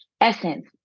essence